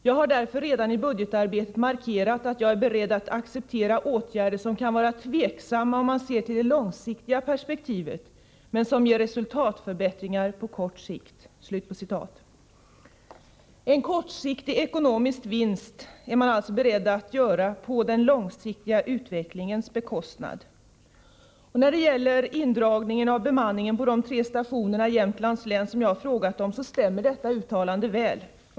Jag har därför redan i budgetarbetet markerat att jag är beredd att acceptera åtgärder som kan vara tveksamma om man ser till det långsiktiga perspektivet, men som ger resultatförbättring på kort sikt.” En kortsiktig ekonomisk vinst är man alltså beredd att göra på den långsiktiga utvecklingens bekostnad. När det gäller indragningen av bemanningen på de tre stationer i Jämtlands län som jag har frågat om stämmer detta uttalande väl.